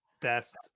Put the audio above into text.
best